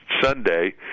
Sunday